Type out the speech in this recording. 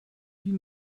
you